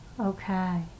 Okay